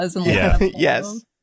Yes